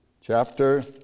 chapter